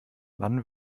wann